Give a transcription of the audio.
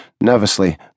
Nervously